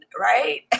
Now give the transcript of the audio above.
right